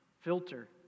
filter